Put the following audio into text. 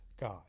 God